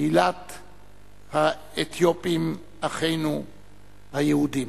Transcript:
קהילת האתיופים, אחינו היהודים.